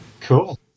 Cool